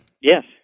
Yes